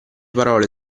parole